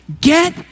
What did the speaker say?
get